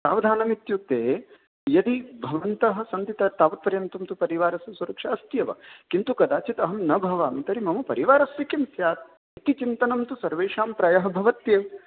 सावधानम् इत्युक्ते यदि भवन्तः सन्ति त् तावत्पर्यन्तं तु परिवारस्य सुरक्षा अस्त्येव किन्तु कदाचित् अहं न भवामि तर्हि मम परिवारस्य किं स्यात् इति चिन्तनं तु सर्वेषां प्रायः भवत्येव